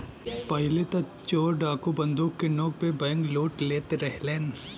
पहिले त चोर डाकू बंदूक के नोक पे बैंकलूट लेत रहलन